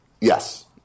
Yes